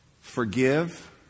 forgive